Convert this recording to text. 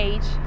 Age